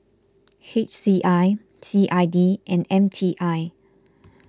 H C I C I D and M T I